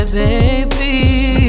baby